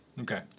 Okay